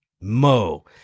mo